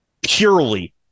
purely